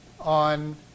on